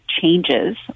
changes